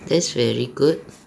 that's very good